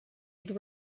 had